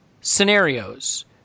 scenarios